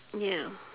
ya